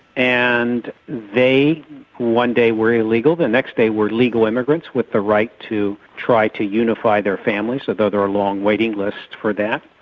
and they one day were illegal, the next day were legal immigrants with the right to try to unify their families, although there were long waiting lists for that.